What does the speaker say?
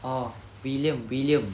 oh william william